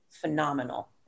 phenomenal